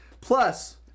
Plus